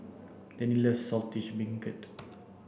Danny loves Saltish Beancurd